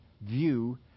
view